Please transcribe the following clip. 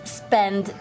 spend